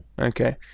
Okay